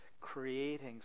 creating